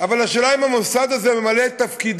אבל השאלה היא אם המוסד הזה ממלא את תפקידו,